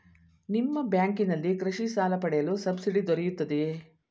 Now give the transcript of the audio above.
ನಿಮ್ಮ ಬ್ಯಾಂಕಿನಲ್ಲಿ ಕೃಷಿ ಸಾಲ ಪಡೆಯಲು ಸಬ್ಸಿಡಿ ದೊರೆಯುತ್ತದೆಯೇ?